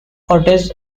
ortiz